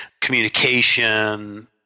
communication